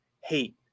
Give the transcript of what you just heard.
hate